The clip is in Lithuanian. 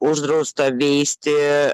uždrausta veisti